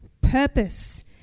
purpose